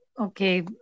okay